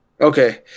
Okay